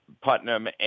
Putnam